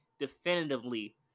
definitively